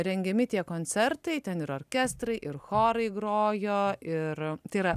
rengiami tie koncertai ten ir orkestrai ir chorai grojo ir tai yra